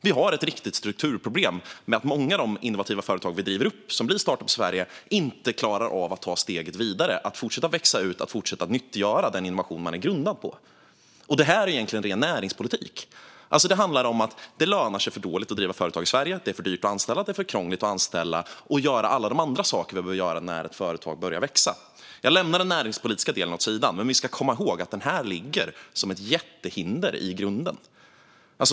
Vi har ett riktigt strukturproblem med att många de innovativa företag vi driver upp, som blir startups i Sverige, inte klarar av att ta steget vidare och fortsätta växa och nyttogöra den innovation de är grundade på. Detta är egentligen ren näringspolitik. Det handlar om att det lönar sig för dåligt att driva företag i Sverige. Det är för dyrt och krångligt att anställa och att göra alla de andra saker som behöver göras när ett företag börjar växa. Jag lämnar den näringspolitiska delen åt sidan, men vi ska komma ihåg att detta ligger där som ett jättehinder i grunden.